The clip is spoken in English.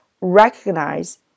recognize